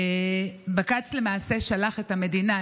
בג"ץ למעשה שלח את המדינה,